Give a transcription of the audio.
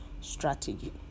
strategy